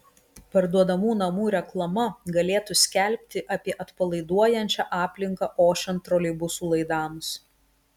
parduodamų namų reklama galėtų skelbti apie atpalaiduojančią aplinką ošiant troleibusų laidams